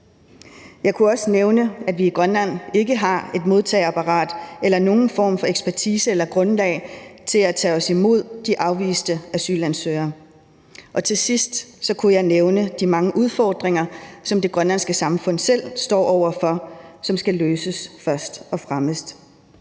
Jeg kunne også nævne, at vi i Grønland ikke har et modtageapparat eller nogen form for ekspertise til eller noget grundlag for at tage imod de afviste asylansøgere. Og til sidst kunne jeg nævne de mange udfordringer, som det grønlandske samfund selv står over for, og som først og fremmest